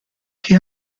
che